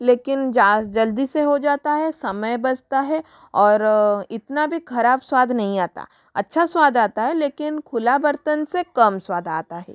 लेकिन जा जल्दी से हो जाता है समय बचता हैं और इतना भी खराब स्वाद नहीं आता अच्छा स्वाद आता है लेकिन खुला बर्तन से कम स्वाद आता है